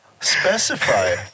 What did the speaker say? Specify